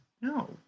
no